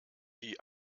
die